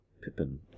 Pippin